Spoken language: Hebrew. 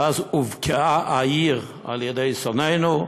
שאז הובקעה העיר על ידי שונאינו,